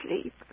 sleep